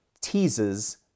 teases